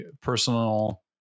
personal